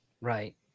Right